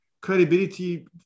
credibility